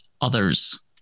others